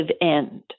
end